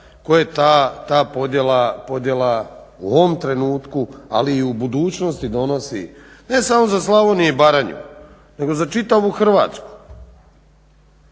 koje ta podjela u ovom trenutku ali i u budućnosti donosi. Ne samo za Slavoniju i Baranju nego za čitavu Hrvatsku.